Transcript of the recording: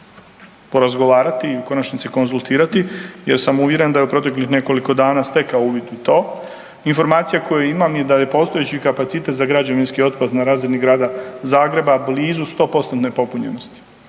porazgovarati i u konačnici konzultirati jer sam uvjeren da je u proteklih nekoliko dana stekao uvid u to. Informacija koju imam i da je postojeći kapacitet za građevinski otpad na razini Grada Zagreba blizu 100%-tne popunjenosti,